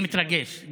אני מתרגש,